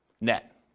net